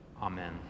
Amen